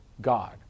God